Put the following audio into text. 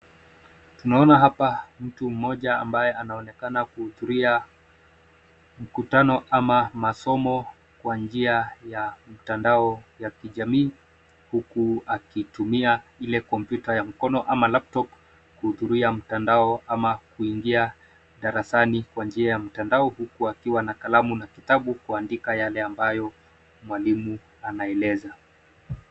Tunaona hapa mtu mmoja ambaye anaonekana kuhudhuria mkutano ama masomo kwa njia ya mtandao ya kijamii, huku akitumia ile kompyuta ya mkono ama laptop kuhudhuria mtandao ama kuingia darasani kwa njia ya mtandao, huku akiwa na kalamu na kitabu kuandika yale ambayo mwalimu anaeleza.